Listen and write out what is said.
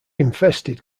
infested